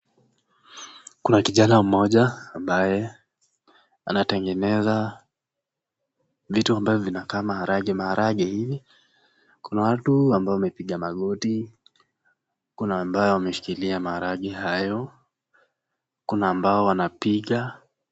Kuna kijana mmoja ambaye anatengeneza vitu ambazo zinakaa maharagwe maharagwe hivi, kuna watu ambao wamepiga magoti, kuna ambao wameshika maharagwe hayo, kuna ambao wanapiga.